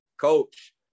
coach